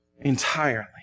entirely